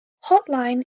hotline